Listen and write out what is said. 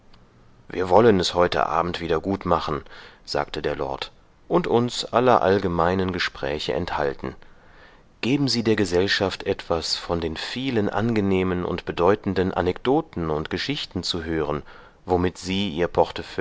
wir wollen es heute abend wiedergutmachen sagte der lord und uns aller allgemeinen gespräche enthalten geben sie der gesellschaft etwas von den vielen angenehmen und bedeutenden anekdoten und geschichten zu hören womit sie ihr